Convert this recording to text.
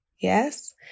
Yes